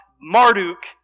Marduk